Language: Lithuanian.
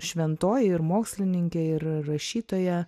šventoji ir mokslininkė ir rašytoja